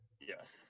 Yes